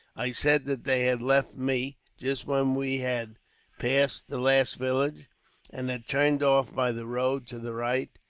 i said that they had left me, just when we had passed the last village and had turned off by the road to the right,